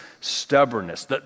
stubbornness